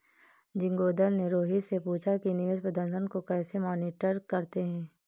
जोगिंदर ने रोहित से पूछा कि निवेश प्रदर्शन को कैसे मॉनिटर करते हैं?